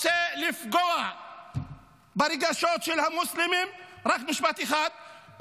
רוצה לפגוע ברגשות של המוסלמים, רק משפט אחד.